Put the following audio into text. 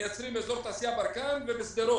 מייצרים באזור תעשייה ברקן ובשדרות.